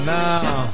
now